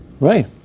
right